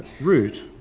route